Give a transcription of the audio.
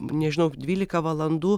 nežinau dvylika valandų